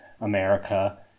America